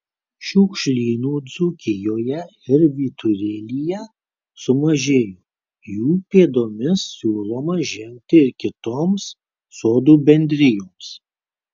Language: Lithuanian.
šiukšlynų dzūkijoje ir vyturėlyje sumažėjo jų pėdomis siūloma žengti ir kitoms sodų bendrijoms